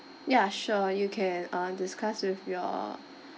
yeah sure you can uh discuss with your